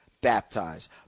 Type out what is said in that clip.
baptized